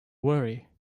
worry